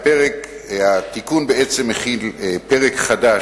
התיקון מכיל פרק חדש,